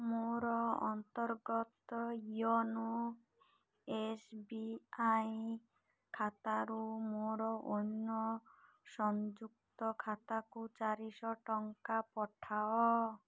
ମୋର ଅନ୍ତର୍ଗତ YONO S B I ଖାତାରୁ ମୋର ଅନ୍ୟ ସଂଯୁକ୍ତ ଖାତାକୁ ଚାରିଶହ ଟଙ୍କା ପଠାଅ